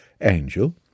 angel